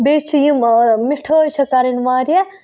بیٚیہِ چھِ یِم مِٹھٲے چھےٚ کَرٕنۍ واریاہ